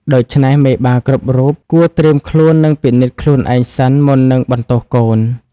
ដូច្នេះ មេបាគ្រប់រូបគួរត្រៀមខ្លួន និងពិនិត្យខ្លួនឯងសិន មុននឹងបន្ទោសកូន។